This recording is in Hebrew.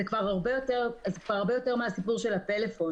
זה כבר הרבה יותר מהסיפור של הפלאפון.